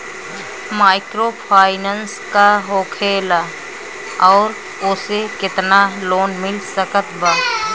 Microfinance का होखेला और ओसे केतना लोन मिल सकत बा?